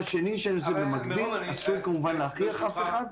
הדבר השני, במקביל אסור כמובן להכריח אף אחד.